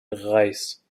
reichs